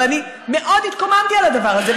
אבל אני מאוד התקוממתי על הדבר הזה.